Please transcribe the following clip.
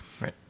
Right